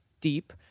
deep